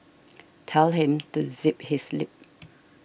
tell him to zip his lip